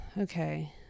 okay